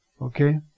Okay